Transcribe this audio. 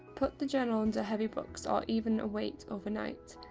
put the journal under heavy books or even a weight over night,